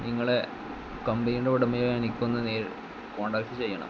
നിങ്ങളെ കമ്പനിയുടെ ഉടമയുമായി എനിക്കൊന്ന് നേരിട്ട് കോൺടാക്റ്റ് ചെയ്യണം